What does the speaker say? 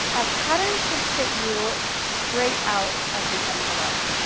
a pattern should fit you straight out of the envelope.